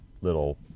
little